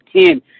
Ten